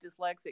dyslexic